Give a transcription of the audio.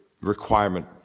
requirement